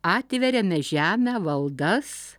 atveriame žemę valdas